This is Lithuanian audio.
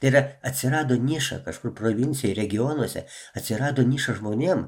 tai yra atsirado niša kažkur provincijoj regionuose atsirado niša žmonėm